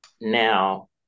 Now